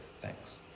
thanks